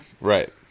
Right